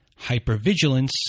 hypervigilance